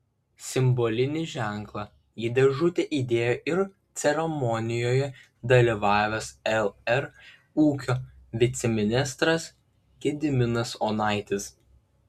simbolinį ženklą į dėžutę įdėjo ir ceremonijoje dalyvavęs lr ūkio viceministras gediminas onaitis